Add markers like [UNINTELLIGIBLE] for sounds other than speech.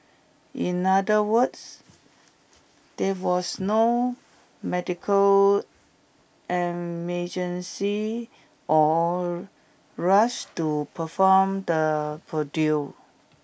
in other words there was no medical [UNINTELLIGIBLE] or rush to perform the procedure